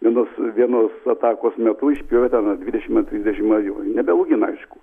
vienos vienos atakos metu išpjovė ten ar dvidešimt ar trisdešimt avių nebeaugina aišku